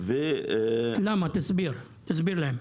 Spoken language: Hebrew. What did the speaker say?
--- תסביר להם למה.